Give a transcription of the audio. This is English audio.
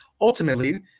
ultimately –